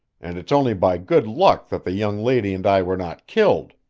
and it's only by good luck that the young lady and i were not killed.